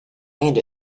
and